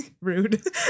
Rude